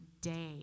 day